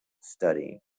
studying